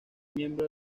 miembro